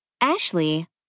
Ashley